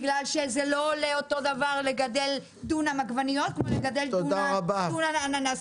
כי הרי זה לא עולה אותו דבר לגדל דונם עגבניות ודונם אננס.